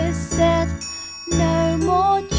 said no more